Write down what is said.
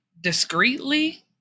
discreetly